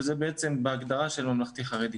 וזה בעצם בהגדרה של ממלכתי-חרדי.